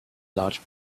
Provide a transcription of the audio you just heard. large